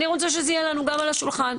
אני רוצה שזה יהיה לנו גם על השולחן.